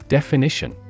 Definition